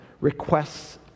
requests